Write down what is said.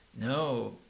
No